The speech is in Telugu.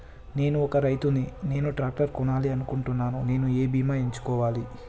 నేను ఒక రైతు ని నేను ట్రాక్టర్ కొనాలి అనుకుంటున్నాను నేను ఏ బీమా ఎంచుకోవాలి?